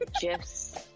gifs